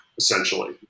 essentially